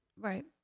Right